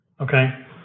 Okay